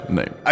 name